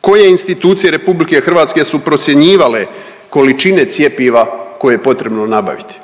Koje institucije RH su procjenjivale količine cjepiva koje je potrebno nabaviti.